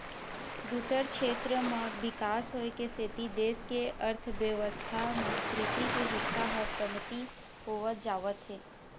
दूसर छेत्र म बिकास होए के सेती देश के अर्थबेवस्था म कृषि के हिस्सा ह कमती होवत जावत हे